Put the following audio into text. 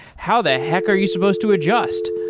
how the heck are you supposed to adjust?